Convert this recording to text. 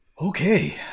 Okay